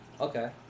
Okay